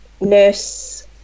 nurse